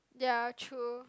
ya true